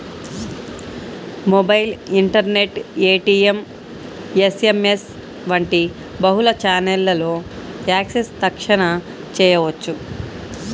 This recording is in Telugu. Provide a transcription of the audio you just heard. మొబైల్, ఇంటర్నెట్, ఏ.టీ.ఎం, యస్.ఎమ్.యస్ వంటి బహుళ ఛానెల్లలో యాక్సెస్ తక్షణ చేయవచ్చు